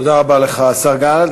תודה רבה לך, השר גלנט.